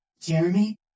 Jeremy